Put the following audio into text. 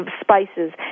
spices